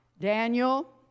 Daniel